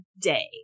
day